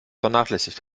vernachlässigt